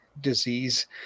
disease